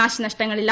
നാശനഷ്ടങ്ങളില്ല